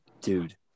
Dude